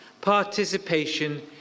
participation